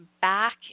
back